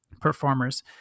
performers